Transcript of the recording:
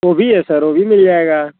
वह भी है सर वह भी मिल जाएगा